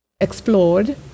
explored